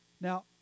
Now